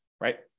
right